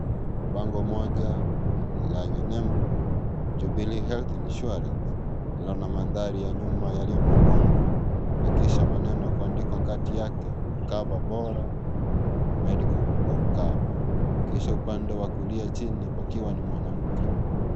Bango moja, lenye nembo, Jubilee Health Insurance, lana manthari ya nyuma yaliyo meekundu, na kisha maneno kwandikwa kati yake, kava bora, (cs)medical, cover(cs), kisha upande wa kulia chini pakiwa ni mwanamke.